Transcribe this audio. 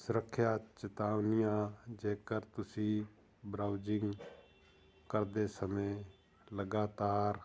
ਸੁਰੱਖਿਆ ਚੇਤਾਵਨੀਆਂ ਜੇਕਰ ਤੁਸੀਂ ਬਰਾਊਜਿੰਗ ਕਰਦੇ ਸਮੇਂ ਲਗਾਤਾਰ